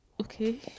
okay